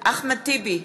אחמד טיבי,